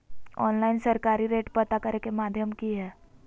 Online सरकारी rate पता करे के माध्यम की हय?